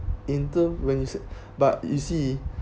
in term when you said not where's but you see